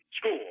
school